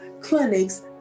clinics